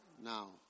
now